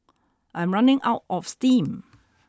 I'm running out of steam